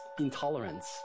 intolerance